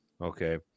Okay